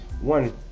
one